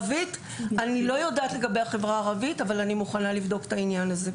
אני לא יודעת לגבי החברה הערבית אבל מוכנה לבדוק את העניין הזה,